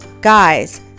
guys